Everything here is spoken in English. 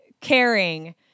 caring